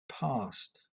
passed